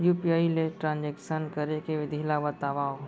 UPI ले transaction करे के विधि ला बतावव?